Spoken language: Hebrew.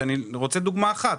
אני רוצה דוגמה אחת.